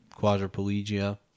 quadriplegia